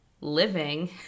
living